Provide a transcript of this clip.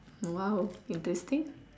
!wow! interesting